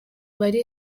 bari